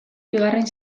bigarren